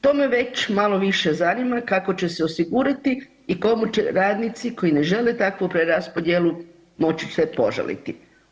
To me već malo više zanima kako će se osigurati i komu će radnici koji ne žele takvu preraspodjelu moći se požaliti.